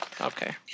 Okay